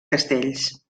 castells